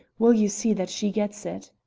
will you see that she gets it?